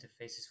interfaces